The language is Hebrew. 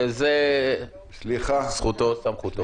וזו זכותו וסמכותו.